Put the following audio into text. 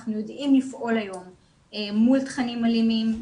אנחנו יודעים לפעול היום מול תכנים אלימים,